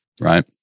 right